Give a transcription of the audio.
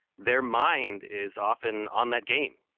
their mind is often on that game.